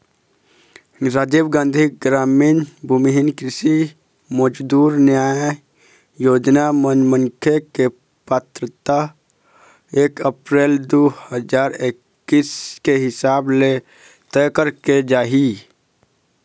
राजीव गांधी गरामीन भूमिहीन कृषि मजदूर न्याय योजना म मनखे के पात्रता एक अपरेल दू हजार एक्कीस के हिसाब ले तय करे करे जाही